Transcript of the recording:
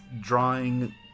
drawing